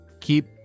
keep